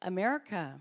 America